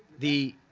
the